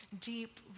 deep